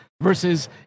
versus